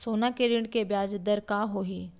सोना के ऋण के ब्याज दर का होही?